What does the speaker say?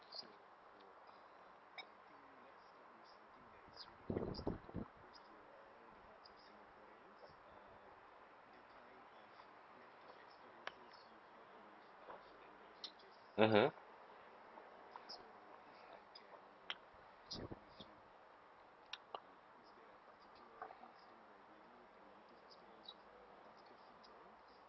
mmhmm